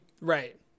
Right